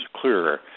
clearer